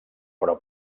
però